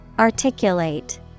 Articulate